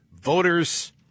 voters